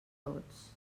tots